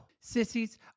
Sissies